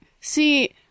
See